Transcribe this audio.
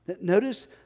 Notice